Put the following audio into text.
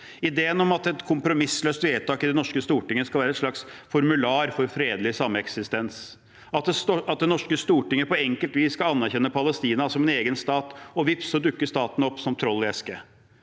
Ideen om at et kompromissløst vedtak i Det norske storting skal være et slags formular for fredelig sameksistens, at Det norske storting på enkelt vis skal anerkjenne Palestina som en egen stat og vips dukker staten opp som troll av eske.